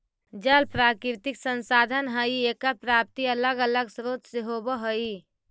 जल प्राकृतिक संसाधन हई एकर प्राप्ति अलग अलग स्रोत से होवऽ हई